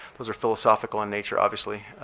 those are philosophical in nature, obviously,